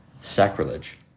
sacrilege